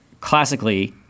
classically